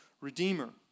redeemer